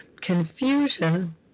confusion